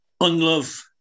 Unlove